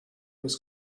was